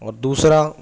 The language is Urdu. اور دوسرا